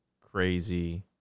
crazy